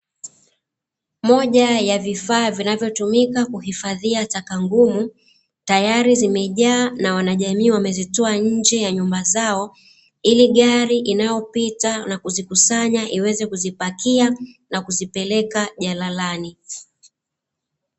Moja ya vifaa vinavyotumika kuhifadhia taka ngumu tayari zimejaa na wanajamii wamezitoa nje ya nyumba zao, ili gari inayopita na kuzikusanya iweze kuzipakia na kuzipeleka jalalani.